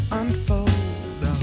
unfold